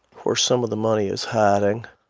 where some of the money is hiding,